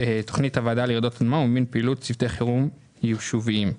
ופעילות צוותי חירום יישוביים.